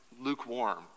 lukewarm